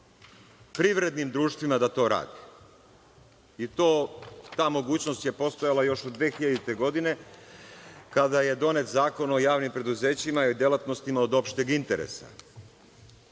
privrednim društvima da to rade. Ta mogućnost je postojala još od 2000. godine, kada je donet Zakon o javnim preduzećima i delatnostima od opšteg interesa.